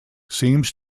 seems